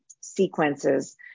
sequences